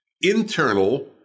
Internal